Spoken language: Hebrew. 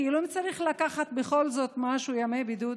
כאילו, אם צריך לקחת בכל זאת משהו, ימי בידוד,